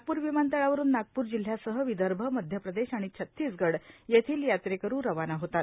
नागपूर विमानतळावरून नागपूर जिल्ह्यासह विदर्भ मध्यप्रदेश आणि छत्तीसगढ येथील यात्रेकरू रवाना होतात